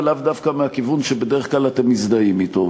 לאו דווקא מהכיוון שבדרך כלל אתם מזדהים אתו.